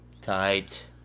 tight